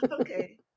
Okay